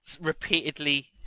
repeatedly